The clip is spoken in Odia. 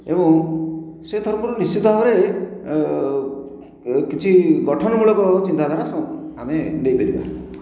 ଏବଂ ସେ ଧର୍ମରୁ ନିଶ୍ଚିତ ଭାବରେ କିଛି ଗଠନ ମୂଳକ ଚିନ୍ତାଧାରା ଆମେ ଦେଇପାରିବା